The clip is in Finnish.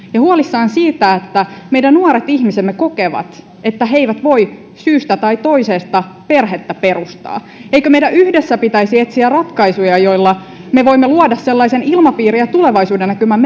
huolissaan siitä että meidän nuoret ihmiset kokevat että he eivät voi syystä tai toisesta perhettä perustaa eikö meidän yhdessä pitäisi etsiä ratkaisuja joilla me voimme luoda sellaisen ilmapiirin ja tulevaisuudennäkymän